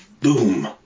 Boom